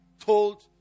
told